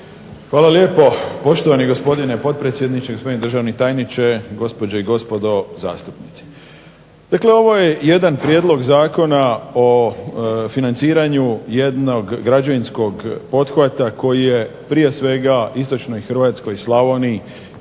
Hvala lijepo, poštovani gospodine potpredsjedniče. Gospodine državni tajniče. Gospođe i gospodo zastupnici. Dakle, ovo je jedan prijedlog zakona o financiranju jednog građevinskog pothvata koji je prije svega istočnoj Hrvatskoj, Slavoniji